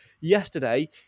yesterday